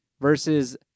versus